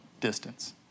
distance